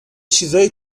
چیزایی